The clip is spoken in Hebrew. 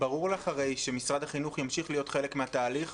ברור לך הרי שמשרד החינוך ימשיך להיות חלק מהתהליך,